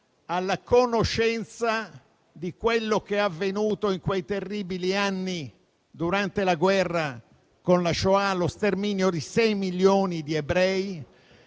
alla conoscenza di quello che è avvenuto in quei terribili anni, durante la guerra, con la Shoah, lo sterminio di sei milioni di ebrei.